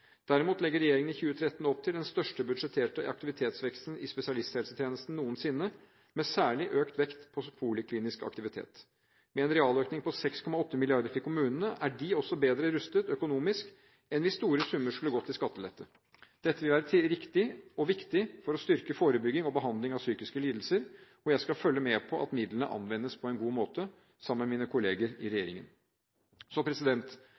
Derimot legger regjeringen i 2013 opp til den største budsjetterte aktivitetsveksten i spesialisthelsetjenesten noensinne, med særlig økt vekt på poliklinisk aktivitet. Med en realøkning på 6,8 mrd. kr til kommunene er de også bedre rustet økonomisk enn hvis store summer skulle gått til skattelette. Dette vil være riktig og viktig for å styrke forebygging og behandling av psykiske lidelser, og jeg skal sammen med mine kolleger i regjeringen følge med på at midlene anvendes på en god måte.